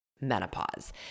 menopause